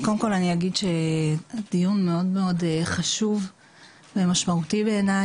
אני קודם כל אגיד שהדיון הוא באמת מאוד חשוב ומשמעותי בעיניי.